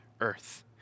earth